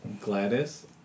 Gladys